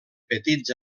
petits